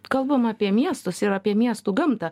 kalbam apie miestus ir apie miestų gamtą